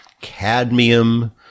cadmium